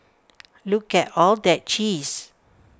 look at all that cheese